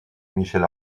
michel